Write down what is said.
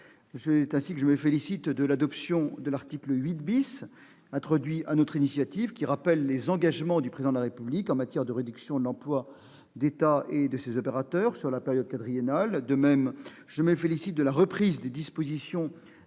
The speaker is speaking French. Ainsi, je me félicite de l'adoption de l'article 8 introduit sur notre initiative, qui rappelle les engagements du Président de la République en matière de réduction d'emplois de l'État et de ses opérateurs sur la période quadriennale. Je me félicite également de la reprise des dispositions